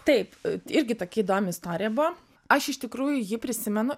taip irgi tokia įdomi istorija buvo aš iš tikrųjų jį prisimenu